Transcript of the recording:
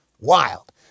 wild